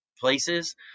places